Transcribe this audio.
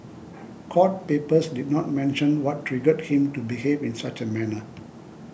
court papers did not mention what triggered him to behave in such a manner